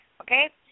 okay